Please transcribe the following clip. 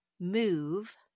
move